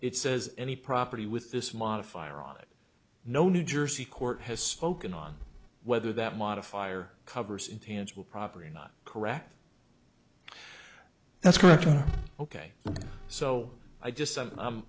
it says any property with this modifier on it no new jersey court has spoken on whether that modifier covers intangible property not correct that's correct ok so i just i'm i'm